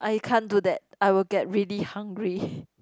I can't do that I will get really hungry